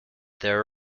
there